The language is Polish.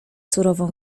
surową